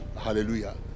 Hallelujah